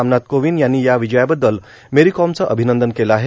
रामनाथ कोविंद यांनी या विजयाबद्दल मेरीकॉमचं अभिनंदन केलं आहे